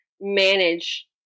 manage